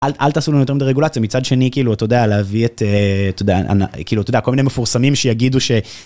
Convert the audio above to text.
אל תעשו לנו יותר מדרגולציה מצד שני כאילו אתה יודע להביא את, אתה יודע, כל מיני מפורסמים שיגידו ש...